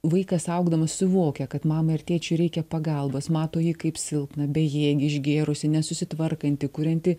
vaikas augdamas suvokia kad mamai ar tėčiui reikia pagalbos mato jį kaip silpną bejėgį išgėrusį nesusitvarkantį kuriantį